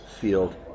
field